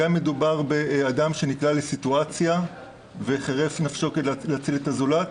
גם אם מדובר באדם שנקלע לסיטואציה וחרף נפשו כדי להציל את הזולת,